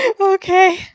Okay